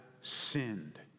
sinned